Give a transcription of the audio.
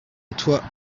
toi